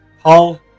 Paul